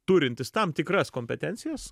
turintis tam tikras kompetencijas